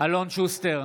אלון שוסטר,